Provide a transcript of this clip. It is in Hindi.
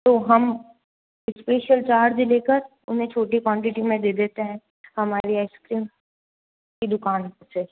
तो हम स्पेशल चार्ज लेकर उन्हें छोटी क्वांटिटी में दे देते हैं हमारी आइसक्रीम की दुकान से